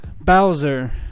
Bowser